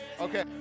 Okay